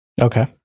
Okay